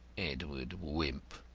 edward wimp!